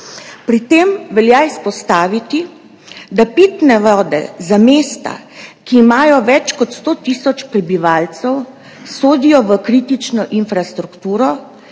Pri tem velja izpostaviti, da pitne vode za mesta, ki imajo več kot 100 tisoč prebivalcev, sodijo v kritično infrastrukturo,